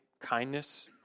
kindness